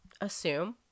assume